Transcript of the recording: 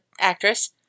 actress